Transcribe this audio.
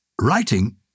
Writing